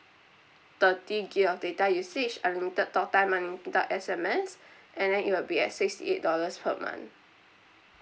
thirty gig of data usage unlimited talk time unlimited S_M_S and then it will be at sixty eight dollars per month